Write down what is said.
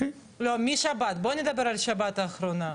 לא משבת, בואי נדבר על שבת האחרונה.